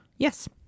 Yes